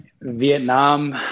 Vietnam